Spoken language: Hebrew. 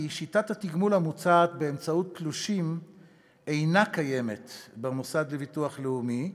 כי שיטת התגמול המוצעת באמצעות תלושים אינה קיימת במוסד לביטוח לאומי,